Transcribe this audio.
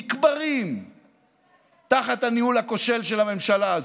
נקברים תחת הניהול הכושל של הממשלה הזאת.